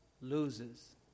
loses